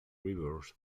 rivers